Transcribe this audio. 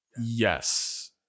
Yes